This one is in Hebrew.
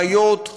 בעיות,